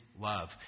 love